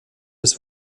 des